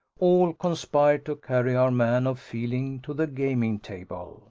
all conspired to carry our man of feeling to the gaming-table.